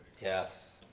Yes